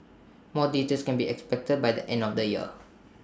more details can be expected by the end of the year